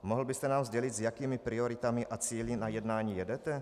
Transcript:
Mohl byste nám sdělit, s jakými prioritami a cíli na jednání jedete?